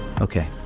Okay